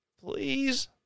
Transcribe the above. please